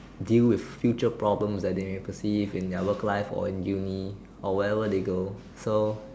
deal with future problems that they may perceive in their work life or in uni or where ever they go so